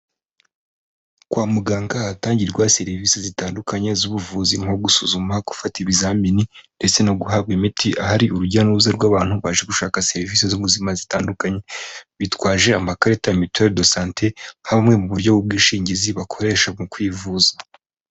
Kwa muganga ahatangirwa serivisi zitandukanye z'ubuvuzi nko gusuzuma, gufata ibizamini ndetse no guhabwa imiti, ahari urujya n'uruza rw'abantu baje gushaka serivisi z'ubuzima zitandukanye bitwaje amakarita ya mituweri dosante nka bumwe mu buryo bw'ubwishingizi bakoresha mu kwivuza.